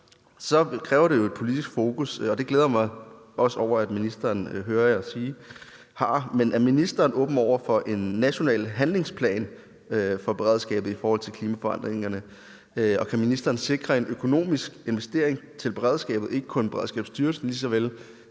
kræver det jo et politisk fokus, og det glæder jeg mig over at ministeren, hører jeg ham sige, også har. Men er ministeren åben over for en national handlingsplan for beredskabet i forhold til klimaforandringerne, og kan ministeren sikre en økonomisk investering til beredskabet, ikke kun Beredskabsstyrelsen, men lige så vel